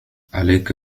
عليك